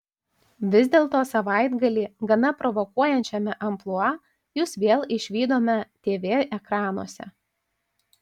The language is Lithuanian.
vis dėlto savaitgalį gana provokuojančiame amplua jus vėl išvydome tv ekranuose